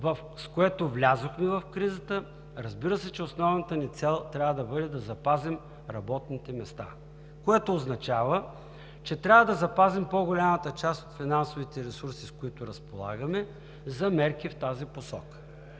с което влязохме в кризата, разбира се, че основаната ни цел трябва да бъде да запазим работните места, което означава, че трябва да запазим по-голямата част от финансовите ресурси, с които разполагаме, за мерки в тази посока.